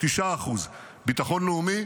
9%; ביטחון לאומי,